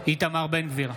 איתמר בן גביר,